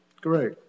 great